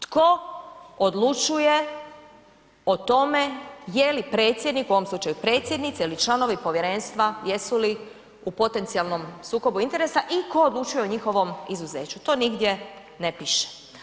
Tko odlučuje o tome jeli predsjednik u ovom slučaju predsjednica ili članovi povjerenstva jesu li u potencijalnom sukobu interesa i tko odlučuje o njihovom izuzeću, to nigdje ne piše.